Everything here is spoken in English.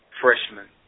freshmen